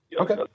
Okay